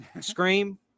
Scream